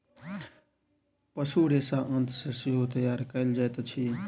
पशु रेशा आंत सॅ सेहो तैयार कयल जाइत अछि